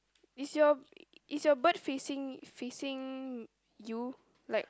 is your is your bird facing facing you like